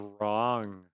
wrong